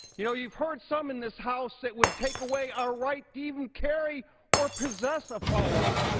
you know, you've heard some in this house that would take away our right to even carry or possess a firearm.